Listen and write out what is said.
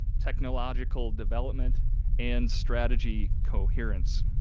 technological development and strategy coherence.